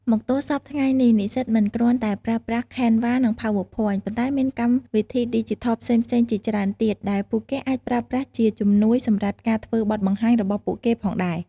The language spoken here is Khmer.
មកទល់សព្វថ្ងៃនេះ និស្សិតមិនគ្រាន់តែប្រើប្រាស់ Canva និង PowerPoint ប៉ុន្តែមានកម្មវិធីឌីជីថលផ្សេងៗជាច្រើនទៀត ដែលពួកគេអាចប្រើប្រាស់ជាជំនួយសម្រាប់ការធ្វើបទបង្ហាញរបស់ពួកគេផងដែរ។